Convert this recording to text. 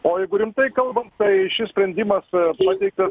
o jeigu rimtai kalbant tai šis sprendimaspateiktas